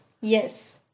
Yes